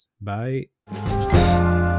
Bye